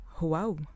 wow